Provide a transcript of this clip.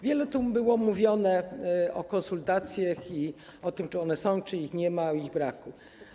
Wiele tu mówiono o konsultacjach i o tym, czy one są, czy ich nie ma, o ich braku.